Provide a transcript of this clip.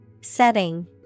Setting